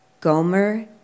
Gomer